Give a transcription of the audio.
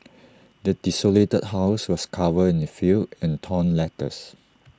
the desolated house was covered in the filth and torn letters